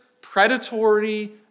predatory